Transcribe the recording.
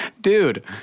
Dude